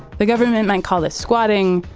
the government might call this squatting,